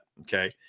Okay